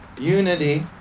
Unity